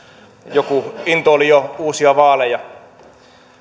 joku intoili jo uusia vaaleja